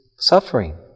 suffering